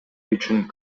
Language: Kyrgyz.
үчүн